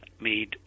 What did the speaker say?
made